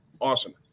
awesome